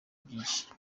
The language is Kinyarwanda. byinshi